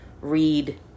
read